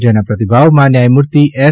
જેના પ્રતિભાવમાં ન્યાયમૂર્તિ એસ